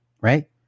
right